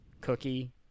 cookie